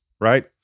Right